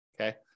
okay